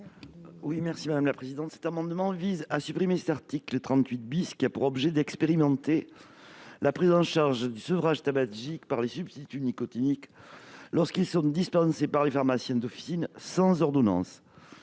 à Mme Émilienne Poumirol. Cet amendement vise à supprimer l'article 38 , qui a pour objet d'expérimenter la prise en charge du sevrage tabagique par les substituts nicotiniques lorsqu'ils sont dispensés par les pharmaciens d'officines sans ordonnance.